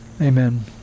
amen